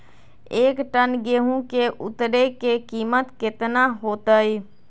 एक टन गेंहू के उतरे के कीमत कितना होतई?